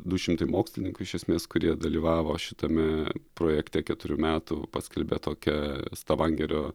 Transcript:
du šimtai mokslininkų iš esmės kurie dalyvavo šitame projekte keturių metų paskelbė tokią stavangerio